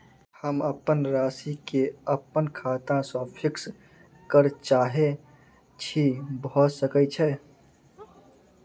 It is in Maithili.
हम अप्पन राशि केँ अप्पन खाता सँ फिक्स करऽ चाहै छी भऽ सकै छै?